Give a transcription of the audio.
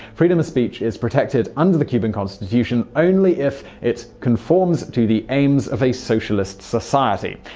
freedom of speech is protected under the cuban constitution only if it conforms to the aims of a socialist society.